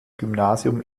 gymnasium